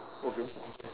okay